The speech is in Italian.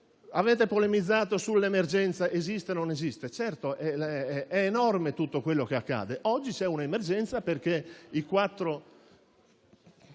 Avete polemizzato sull'emergenza, se esiste o non esiste. Certo, è enorme tutto quello che accade. Oggi c'è un'emergenza, perché aver